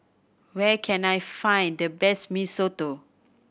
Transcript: where can I find the best Mee Soto